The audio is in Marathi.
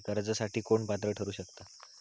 कर्जासाठी कोण पात्र ठरु शकता?